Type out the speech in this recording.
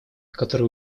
который